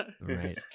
Right